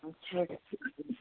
اَچھا